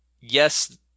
Yes